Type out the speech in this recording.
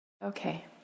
Okay